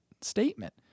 statement